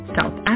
South